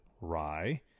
rye